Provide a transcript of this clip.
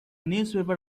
newspaper